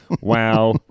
Wow